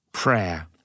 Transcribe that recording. Prayer